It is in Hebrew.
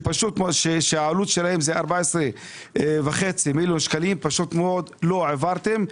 שהעלות שלהם זה 14.5 מיליון שקלים - לא העברתם.